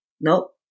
Nope